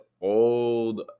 old